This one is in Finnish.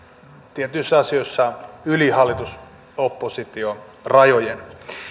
tietyissä asioissa yli hallitus oppositio rajojen